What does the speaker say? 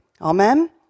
Amen